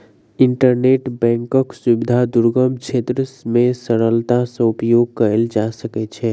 internet बैंकक सुविधा दुर्गम क्षेत्र मे सरलता सॅ उपयोग कयल जा सकै छै